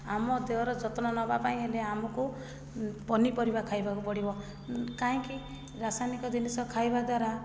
ଆମ ଦେହର ଯତ୍ନ ନେବା ପାଇଁ ହେଲେ ଆମକୁ ପନିପରିବା ଖାଇବାକୁ ପଡ଼ିବ କାହିଁକି ରାସାୟନିକ ଜିନିଷ ଖାଇବା ଦ୍ୱାରା